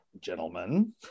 gentlemen